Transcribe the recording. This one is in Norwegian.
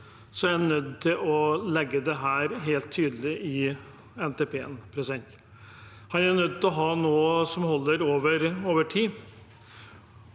er en nødt til å legge dette helt tydelig i NTP-en. Man er nødt til å ha noe som holder over tid.